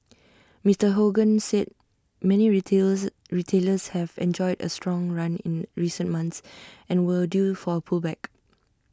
Mister Hogan said many retailer retailers have enjoyed A strong run in recent months and were due for A pullback